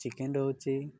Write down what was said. chicken ରହୁଛି